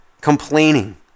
complaining